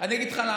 אני אגיד לך למה: